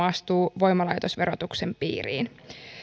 astuu voimalaitosverotuksen piiriin